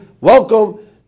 welcome